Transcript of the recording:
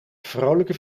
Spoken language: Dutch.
vrolijke